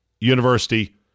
University